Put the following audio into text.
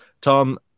tom